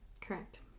Correct